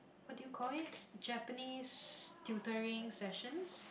what do you call it Japanese tutoring session